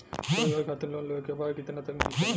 रोजगार खातिर लोन लेवेके बा कितना तक मिल सकेला?